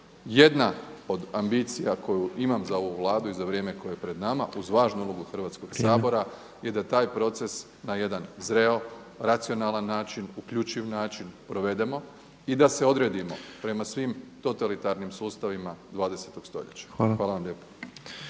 Jedna od ambicija koju imam za ovu Vladu i za vrijeme koje je pred nama uz važnu ulogu Hrvatskog sabora je da taj proces na jedan zreo, racionalan način, uključiv način provedemo i da se odredimo prema svim totalitarnim sustavima 20. stoljeća. Hvala vam lijepa.